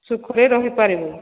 ସୁଖରେ ରହିପାରିବୁ